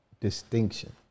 distinction